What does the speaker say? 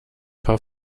paar